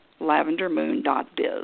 lavendermoon.biz